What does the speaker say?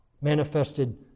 manifested